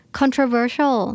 controversial